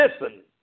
Listen